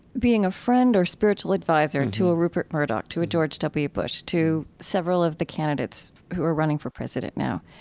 being a friend or spiritual advisor and to a rupert murdoch, to a george w. bush, to several of the candidates who are running for president now,